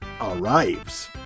arrives